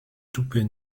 toupet